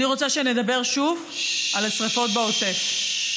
אני רוצה שנדבר שוב על השרפות בעוטף.